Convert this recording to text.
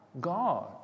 God